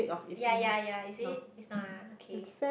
yea yea yea is it it's not ah okay